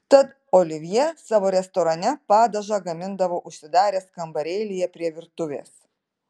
tad olivjė savo restorane padažą gamindavo užsidaręs kambarėlyje prie virtuvės